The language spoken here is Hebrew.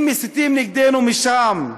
אם מסיתים נגדנו משם,